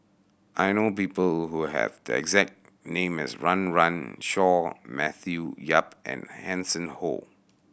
I know people who have the exact name as Run Run Shaw Matthew Yap and Hanson Ho